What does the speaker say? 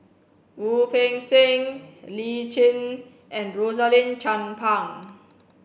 Wu Peng Seng Lee Tjin and Rosaline Chan Pang